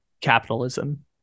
capitalism